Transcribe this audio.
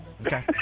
Okay